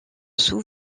sous